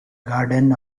garden